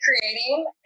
creating